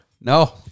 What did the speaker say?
No